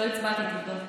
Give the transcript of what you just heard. למה הצבעת בעד פיזור הכנסת?